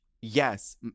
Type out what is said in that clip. yes